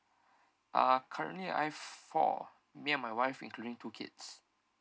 uh currently I've four me and my wife including two kids